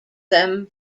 them